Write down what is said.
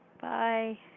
bye